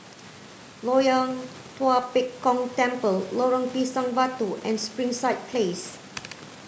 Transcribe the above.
Loyang Tua Pek Kong Temple Lorong Pisang Batu and Springside Place